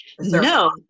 No